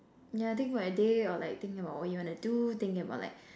yeah think about your day or like think about what you want to do think about like